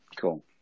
cool